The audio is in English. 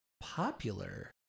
popular